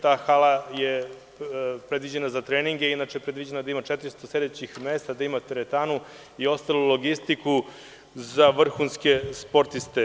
Ta hala je predviđena za treninge i predviđeno je da ima 400 sedećih mesta, da ima teretanu i ostalu logistiku za vrhunske sportiste.